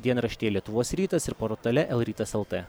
dienraštyje lietuvos rytas ir portale el rytas lt